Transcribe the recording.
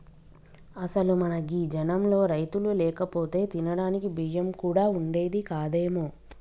అసలు మన గీ జనంలో రైతులు లేకపోతే తినడానికి బియ్యం కూడా వుండేది కాదేమో